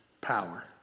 Power